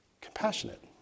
Compassionate